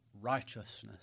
righteousness